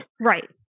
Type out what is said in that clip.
Right